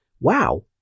wow